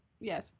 yes